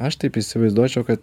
aš taip įsivaizduočiau kad